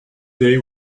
they